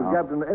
Captain